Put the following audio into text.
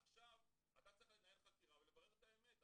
עכשיו, אתה צריך לנהל חקירה ולברר את האמת.